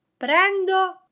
Prendo